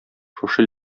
шушы